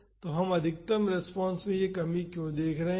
तो हम अधिकतम रेस्पॉन्स में यह कमी क्यों देख रहे हैं